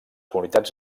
comunitats